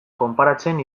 konparatzen